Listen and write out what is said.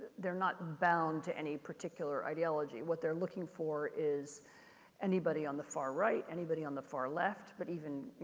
they're not bound to any particular ideology. what they're looking for is anybody on the far right, anybody on the far left, but even,